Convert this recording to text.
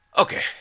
Okay